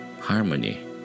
harmony